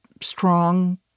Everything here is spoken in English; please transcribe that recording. strong